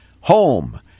Home